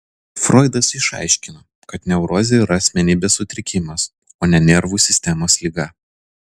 froidas išaiškino kad neurozė yra asmenybės sutrikimas o ne nervų sistemos liga